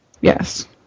Yes